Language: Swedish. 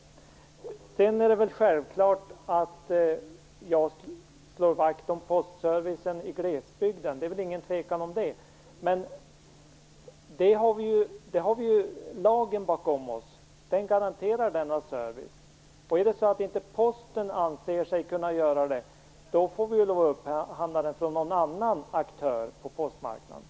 Det är vidare självklart att jag slår vakt om postservicen i glesbygden. Denna service garanteras också i postlagen. Om inte Posten anser sig kunna utföra den, får vi upphandla den från någon annan aktör på postmarknaden.